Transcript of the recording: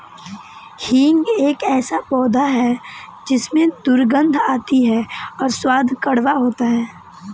हींग एक ऐसा पौधा है जिसमें दुर्गंध आती है और स्वाद कड़वा होता है